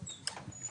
תוכל